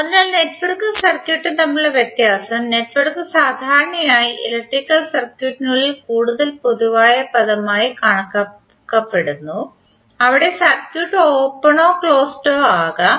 അതിനാൽ നെറ്റ്വർക്കും സർക്യൂട്ടും തമ്മിലുള്ള വ്യത്യാസം നെറ്റ്വർക്ക് സാധാരണയായി ഇലക്ട്രിക്കൽ സർക്യൂട്ടിനുള്ള കൂടുതൽ പൊതുവായ പദമായി കണക്കാക്കപ്പെടുന്നു അവിടെ സർക്യൂട്ട് ഓപ്പണോ ക്ലോസ്ഡോ ആകാം